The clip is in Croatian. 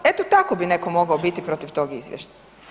Eto tako bi neko mogao biti protiv tog izvješća.